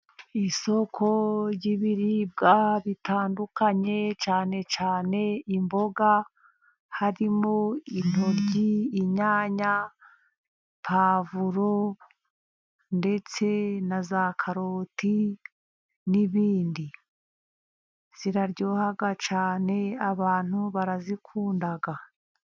Isoko ry'ibiribwa bitandukanye cyane cyane imboga, harimo intoryi, inyanya, puwavuro ndetse na za karoti n'ibindi, ziraryoha cyane, abantu barazikunda.